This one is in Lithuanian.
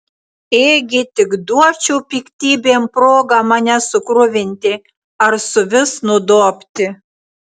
ėgi tik duočiau piktybėm progą mane sukruvinti ar suvis nudobti